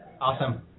Awesome